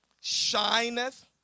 shineth